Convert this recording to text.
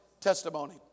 testimony